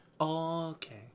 Okay